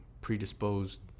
predisposed